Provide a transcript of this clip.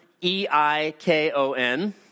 E-I-K-O-N